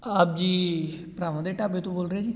ਆਪ ਜੀ ਭਰਾਵਾਂ ਦੇ ਢਾਬੇ ਤੋਂ ਬੋਲ ਰਹੇ ਜੀ